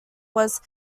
was